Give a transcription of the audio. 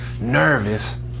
nervous